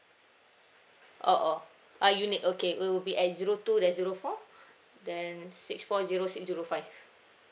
oh oh uh unit okay it will be at zero two dash zero four then six four zero six zero five